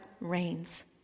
reigns